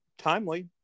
timely